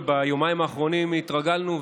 וביומיים האחרונים התרגלנו,